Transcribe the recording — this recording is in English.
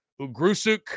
Ugrusuk